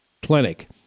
clinic